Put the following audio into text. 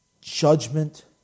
judgment